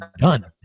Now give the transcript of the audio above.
done